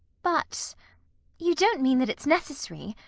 but you don't mean that it's necessary?